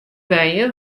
wenje